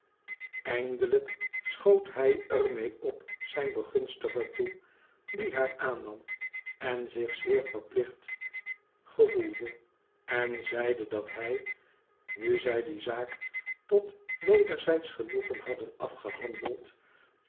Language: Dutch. eindelijk schoot hij er mee op zijn begunstiger toe die haar aannam en zich zeer verplicht gevoelde en zeide dat hij nu zij die zaak tot wederzijdsch genoegen hadden afgehandeld